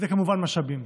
זה כמובן משאבים.